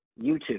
YouTube